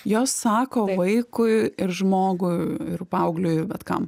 jos sako vaikui ir žmogui ir paaugliui bet kam